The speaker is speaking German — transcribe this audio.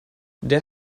der